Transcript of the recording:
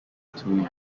two